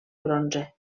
bronze